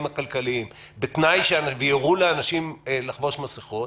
הכלכליים ויורו לאנשים לחבוש מסכות,